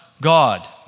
God